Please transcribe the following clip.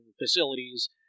facilities